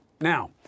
Now